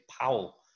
Powell